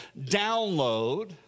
download